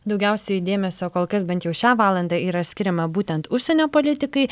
daugiausiai dėmesio kol kas bent jau šią valandą yra skiriama būtent užsienio politikai